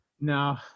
No